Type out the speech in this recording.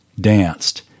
danced